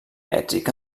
mèxic